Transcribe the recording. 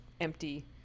empty